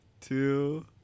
Two